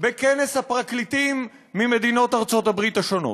בכנס פרקליטים ממדינות ארצות-הבריות השונות.